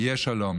יהיה שלום.